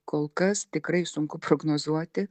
kol kas tikrai sunku prognozuoti